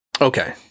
Okay